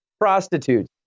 Prostitutes